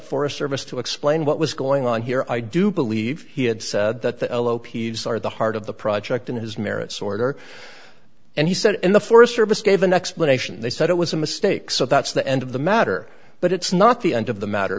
service to explain what was going on here i do believe he had said that the elo peeves are at the heart of the project and his merits order and he said and the forest service gave an explanation they said it was a mistake so that's the end of the matter but it's not the end of the matter